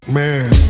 man